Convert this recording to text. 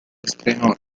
estrenó